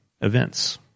events